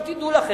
עכשיו, תדעו לכם,